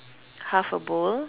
half a bowl